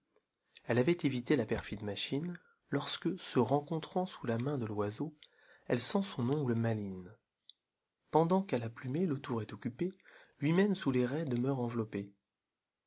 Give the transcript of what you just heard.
elle avait évité la perfide machine lorsque se rencontrant sous la main de l'oiseau elle sent son ongle maligne pendant qu'a la plumer l'autour est occupé lui-même sous les rets demeure